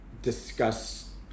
Discuss